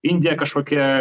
indija kažkokia